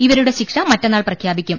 ഇവരുടെ ശിക്ഷ മറ്റന്നാൾ പ്രഖ്യാ പിക്കും